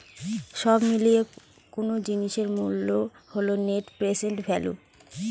সব মিলিয়ে কোনো জিনিসের মূল্য হল নেট প্রেসেন্ট ভ্যালু